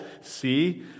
See